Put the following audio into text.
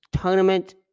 tournament